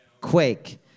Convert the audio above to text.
Quake